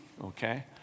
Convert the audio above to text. okay